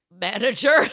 manager